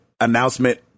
announcement